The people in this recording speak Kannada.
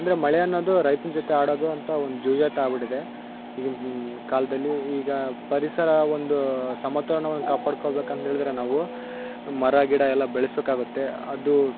ಅಂದರೆ ಮಳೆ ಅನ್ನೋದು ರೈತನ ಜೊತೆ ಆಡೋದು ಅಂತ ಒಂದು ಜೂಜಾಟ ಆಗ್ಬಿಟ್ಟಿದೆ ಈಗಿನ ಕಾಲದಲ್ಲಿ ಈಗ ಪರಿಸರ ಒಂದು ಸಮತೋಲನವನ್ನ ಕಾಪಾಡ್ಕೊಳ್ಬೇಕು ಅಂದೇಳಿದರೆ ನಾವು ಮರ ಗಿಡ ಎಲ್ಲ ಬೆಳ್ಸ್ಬೇಕಾಗತ್ತೆ ಅದು